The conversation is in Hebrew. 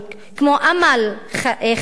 כמו אמל ח'ליל.